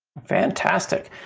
fantastic.